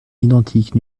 identique